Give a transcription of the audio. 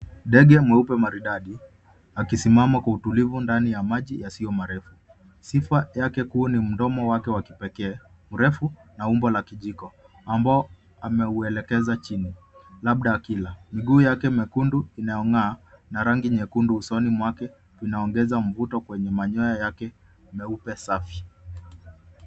Ndege mweupe maridadi akisimama kwa utulivu ya maji yasiyo marefu. Sifa kuu ni mdomo wake wa kipekee mrefu na umbo la kijiko ambao ameuelekeza chini labda akila. Miguu yake mekundu inayong'aa na rangi nyekundu usoni mwake inaongeza mvuto kwenye manyoya yake meupe safi.